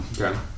Okay